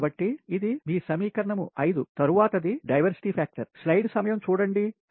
కాబట్టి ఇది మీ సమీకరణం 5 తరువాత ది డైవర్సిటీ ఫ్యాక్టర్ వైవిధ్య కారకం diversity factor